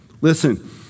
Listen